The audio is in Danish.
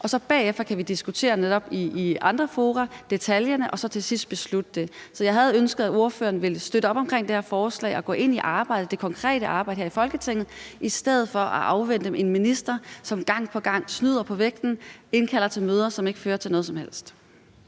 kan vi bagefter diskutere detaljerne i andre fora og så til sidst beslutte det. Så jeg havde ønsket, at ordføreren ville støtte op om det her forslag og gå ind i det konkrete arbejde her i Folketinget i stedet for at afvente en minister, som gang på gang snyder på vægten og indkalder til møder, som ikke fører til noget som helst.